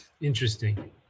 interesting